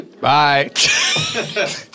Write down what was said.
Bye